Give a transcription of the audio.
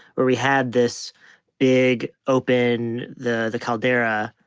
where we had this big, open the the caldera,